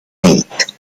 eight